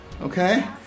okay